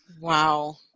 Wow